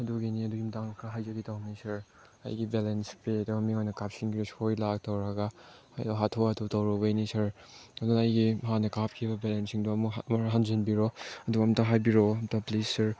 ꯑꯗꯨꯒꯤꯅꯦ ꯑꯗꯨꯒꯤ ꯃꯇꯥꯡ ꯈꯔ ꯍꯥꯏꯖꯒꯦ ꯇꯧꯕꯅꯦ ꯁꯥꯔ ꯑꯩꯒꯤ ꯕꯦꯂꯦꯟꯁ ꯄꯦꯗꯣ ꯃꯤꯉꯣꯟꯗ ꯀꯥꯞꯁꯟꯈ꯭ꯔꯦ ꯁꯣꯏꯂꯥꯡ ꯇꯧꯔꯒ ꯑꯩꯗꯣ ꯍꯥꯊꯨ ꯍꯥꯊꯨ ꯇꯧꯔꯨꯕꯩꯅꯦ ꯁꯥꯔ ꯑꯗꯨ ꯑꯩꯒꯤ ꯍꯥꯟꯅ ꯀꯥꯞꯈꯤꯕ ꯕꯦꯂꯦꯟꯁꯁꯤꯡꯗꯣ ꯑꯃꯨꯛ ꯑꯩꯉꯣꯟꯗ ꯍꯟꯖꯤꯟꯕꯤꯔꯛꯑꯣ ꯑꯗꯣ ꯑꯝꯇ ꯍꯥꯏꯕꯤꯔꯛꯑꯣ ꯑꯝꯇ ꯄ꯭ꯂꯤꯁ ꯁꯥꯔ